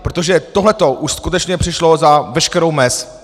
Protože tohle to už skutečně přešlo za veškerou mez!